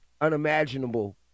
unimaginable